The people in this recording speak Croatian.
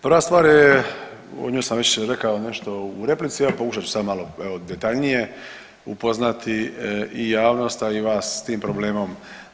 Prva stvar je, o njoj sam već rekao nešto u replici, pokušat ću sad malo evo, detaljnije upoznati i javnost, a i vas s tim problemom.